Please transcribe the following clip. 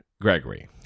Gregory